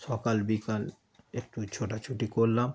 সকাল বিকাল একটু ছোটাছুটি করলাম